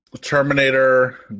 Terminator